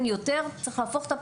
צריך להפוך את הפירמידה.